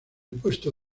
puesto